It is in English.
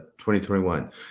2021